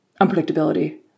unpredictability